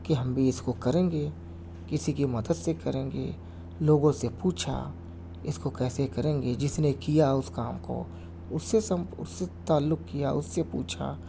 کہ ہم بھی اِس کو کریں گے کِسی کی مدد سے کریں گے لوگوں سے پوچھا اِس کو کیسے کریں گے جِس نے کیا اُس کام کو اُس سے اس سے تعلق کیا اُس سے پوچھا